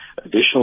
additional